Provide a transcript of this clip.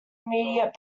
immediate